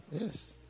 Yes